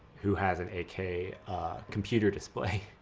who has an eight k computer display?